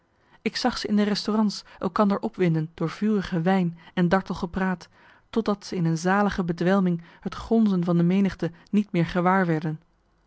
ik zag ze in de restaurant's elkander opwinden door vurige wijn en dartel gepraat totdat ze in een zalige bedwelming het gonzen van de menigte niet meer gewaar werden